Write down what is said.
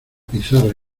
pizarra